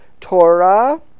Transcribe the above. Torah